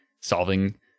solving